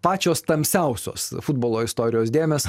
pačios tamsiausios futbolo istorijos dėmes